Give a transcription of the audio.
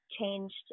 changed